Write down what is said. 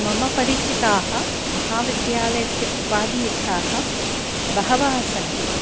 मम परिचिताः महाविद्यालयस्य उपाधियुक्ताः बहवः सन्ति